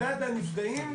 במדד הנפגעים,